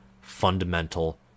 fundamental